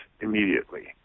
immediately